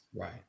Right